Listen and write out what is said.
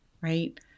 right